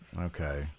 Okay